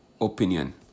opinion